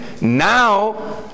now